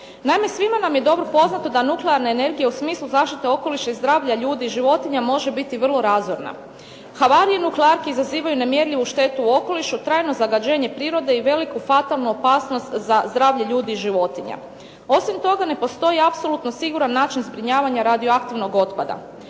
Naime, svima nam je dobro poznato da nuklearna energija u smislu zaštite okoliša i zdravlja ljudi i životinja može biti vrlo razorna. Havarije nuklearki izazivaju nemjerljivu štetu okolišu, trajno zagađenje prirode i veliku fatalnu opasnost za zdravlje ljudi i životinja. Osim toga, ne postoji apsolutno siguran način zbrinjavanja radioaktivnog otpada.